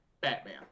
Batman